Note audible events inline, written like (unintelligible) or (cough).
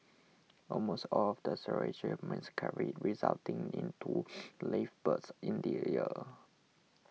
almost all of the surrogates miscarried resulting in two live births in the (unintelligible)